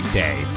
day